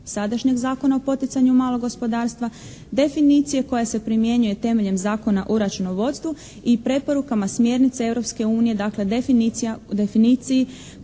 sadašnjeg Zakon o poticanju malog gospodarstva, definicije koje se primjenjuje temeljem Zakona o računovodstvu i preporukama smjernice Europske unije